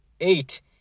eight